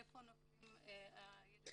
איפה נופלים הקטינים.